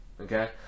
okay